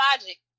logic